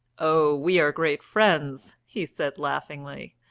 oh, we are great friends, he said laughingly.